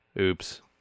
Oops